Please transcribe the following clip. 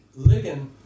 ligand